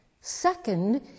Second